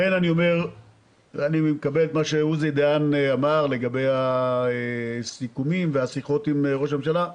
אני מקבל את מה שעוזי דיין אמר לגבי הסיכומים והשיחות עם ראש הממשלה.